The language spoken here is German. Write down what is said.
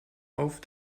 auf